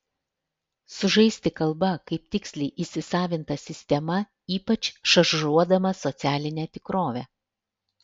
sužaisti kalba kaip tiksliai įsisavinta sistema ypač šaržuodamas socialinę tikrovę